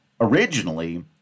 originally